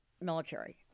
military